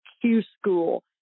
Q-School